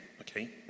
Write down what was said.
okay